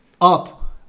up